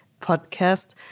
podcast